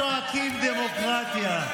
אתם צועקים "דמוקרטיה".